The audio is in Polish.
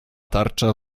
tarcza